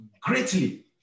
greatly